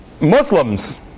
Muslims